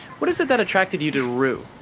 what is it that attracted you to rue?